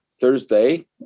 Thursday